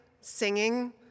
singing